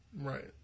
Right